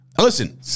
Listen